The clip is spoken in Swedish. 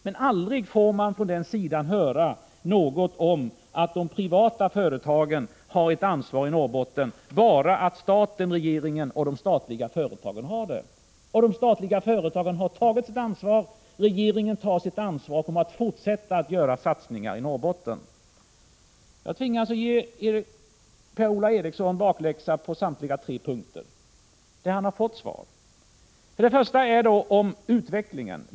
Men aldrig någonsin får man från den sidan höra någonting om att även de privata företagen har ett ansvar i Norrbotten — bara att staten, regeringen och de statliga företagen har det. De statliga företagen har tagit sitt ansvar. Regeringen tar sitt ansvar och kommer att fortsätta att göra satsningar i Norrbotten. Jag tvingas ge Per-Ola Eriksson bakläxa på samtliga tre punkter där han har fått svar. Det första gäller utvecklingen.